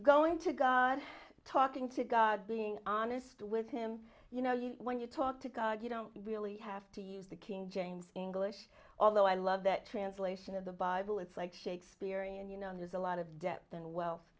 going to god talking to god being honest with him you know when you talk to god you don't really have to use the king james english although i love that translation of the bible it's like shakespearean you know there's a lot of depth and wealth